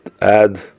add